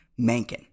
Mankin